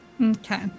Okay